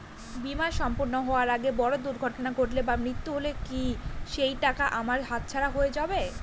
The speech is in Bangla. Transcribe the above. বীমা সম্পূর্ণ হওয়ার আগে বড় দুর্ঘটনা ঘটলে বা মৃত্যু হলে কি সেইটাকা আমার হাতছাড়া হয়ে যাবে?